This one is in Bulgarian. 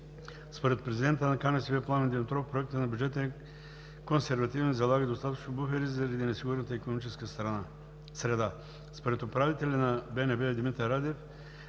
Според президента на КНСБ Пламен Димитров проектът на бюджета е консервативен и залага достатъчно буфери, заради несигурната икономическа среда. Според управителя на БНБ Димитър Радев